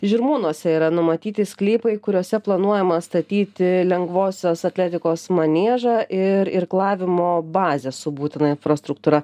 žirmūnuose yra numatyti sklypai kuriuose planuojama statyti lengvosios atletikos maniežą ir irklavimo bazę su būtina infrastruktūra